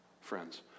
Friends